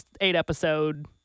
eight-episode